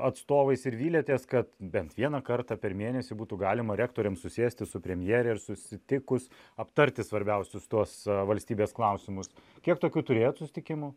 atstovais ir vylėtės kad bent vieną kartą per mėnesį būtų galima rektoriams susėsti su premjere ir susitikus aptarti svarbiausius tuos valstybės klausimus kiek tokių turėjot susitikimų